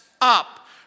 up